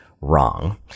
wrong